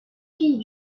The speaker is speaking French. fille